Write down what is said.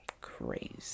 Crazy